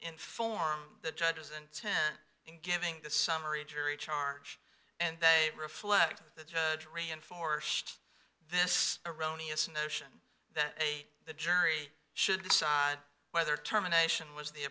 inform the judges in ten in giving the summary jury charge and they reflect the judge reinforced this erroneous notion that a jury should decide whether terminations was the